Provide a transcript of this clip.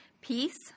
Peace